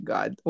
God